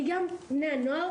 כי גם בני הנוער